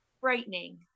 Frightening